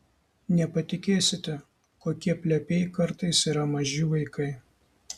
nepatikėsite kokie plepiai kartais yra maži vaikai